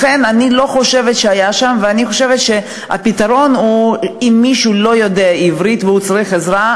לכן אני חושבת שהפתרון הוא שאם מישהו לא יודע עברית וצריך עזרה,